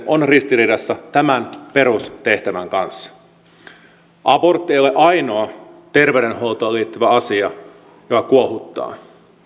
on ristiriidassa tämän perustehtävän kanssa abortti ei ole ainoa terveydenhuoltoon liittyvä asia joka kuohuttaa